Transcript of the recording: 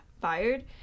fired